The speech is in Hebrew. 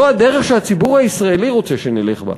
זו הדרך שהציבור הישראלי רוצה שנלך בה,